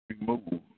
remove